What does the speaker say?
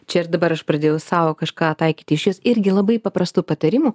čia ir dabar aš pradėjau sau kažką taikyti iš jos irgi labai paprastų patarimų